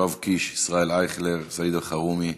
יואב קיש, ישראל אייכלר, סעיד אלחרומי,